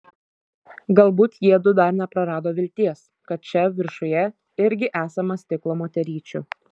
galbūt jiedu dar neprarado vilties kad čia viršuje irgi esama stiklo moteryčių